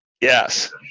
Yes